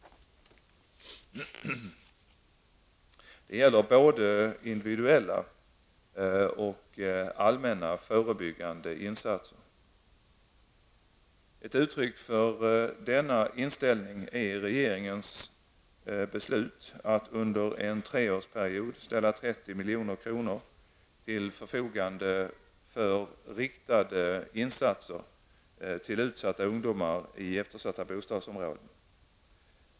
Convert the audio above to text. Det gäller både individuella och allmänt förebyggande insatser. Ett uttryck för denna inställning är regeringens beslut att under en treårsperiod ställa 30 milj.kr. till förfogande för riktade insatser till utsatta ungdomar i eftersatta bostadsområden.